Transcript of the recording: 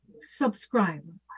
subscribe